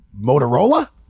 Motorola